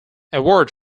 award